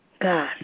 God